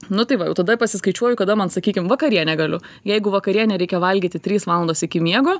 nu tai va jau tada pasiskaičiuoju kada man sakykim vakarienę galiu jeigu vakarienę reikia valgyti trys valandos iki miego